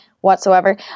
whatsoever